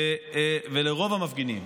ולרוב המפגינים,